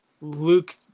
Luke